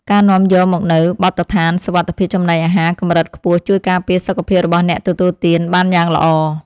ការនាំយកមកនូវបទដ្ឋានសុវត្ថិភាពចំណីអាហារកម្រិតខ្ពស់ជួយការពារសុខភាពរបស់អ្នកទទួលទានបានយ៉ាងល្អ។